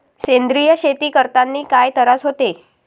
सेंद्रिय शेती करतांनी काय तरास होते?